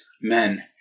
men